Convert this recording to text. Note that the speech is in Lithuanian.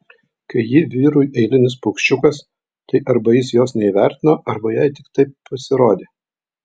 kai ji vyrui eilinis paukščiukas tai arba jis jos neįvertino arba jai tik taip pasirodė